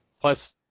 Plus